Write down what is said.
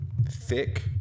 thick